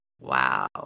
wow